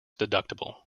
deductible